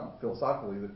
philosophically